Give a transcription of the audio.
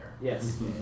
Yes